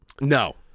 No